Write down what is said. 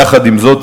יחד עם זאת,